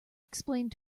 explained